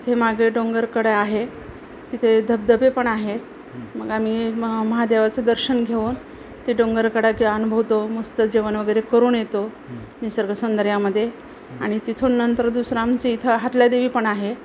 तिथे मागे डोंगरकडा आहे तिथे धबधबेपण आहेत मग आम्ही म महादेवाचं दर्शन घेऊन ते डोंगरकडा हे अनुभवतो मस्त जेवण वगैरे करून येतो निसर्ग सौंदर्यामध्ये आणि तिथून नंतर दुसरामची इथं हातला देवी पण आहे